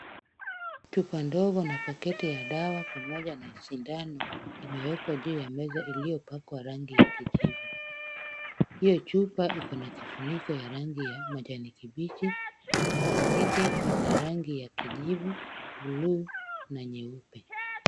Chupa ndogo na pakiti ya dawa pamoja na sindano imeekewa juu ya meza iliyopakwa rangi ya kijivu. Hiyo chupa iko na kifuniko ya rangi ya majani kibichi na pakiti ina rangi ya kijivu, buluu na nyeupe.